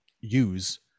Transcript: use